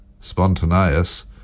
spontaneous